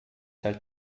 halt